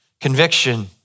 conviction